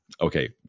okay